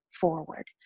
forward